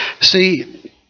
See